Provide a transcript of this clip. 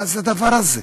מה זה הדבר הזה?